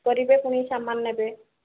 କରିବେ ପୁଣି ସାମାନ୍ ନେବେ